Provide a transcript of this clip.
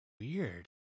weird